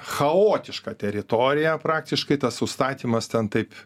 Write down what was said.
chaotiška teritorija praktiškai tas užstatymas ten taip